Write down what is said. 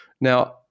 now